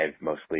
mostly